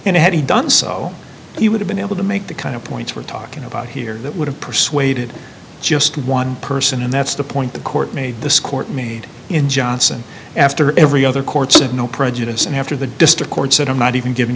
to had he done so he would have been able to make the kind of points we're talking about here that would have persuaded just one person and that's the point the court made this court made in johnson after every other court said no prejudice and after the district court said i'm not even giv